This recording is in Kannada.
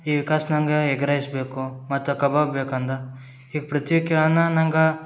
ಈ ವಿಕಾಸ್ ನಂಗ ಎಗ್ ರೈಸ್ ಬೇಕು ಮತ್ತು ಕಬಾಬ್ ಬೇಕಂದು ಹೀಗೆ ಪ್ರತಿ ಕೇಳೋಣ ನಂಗೆ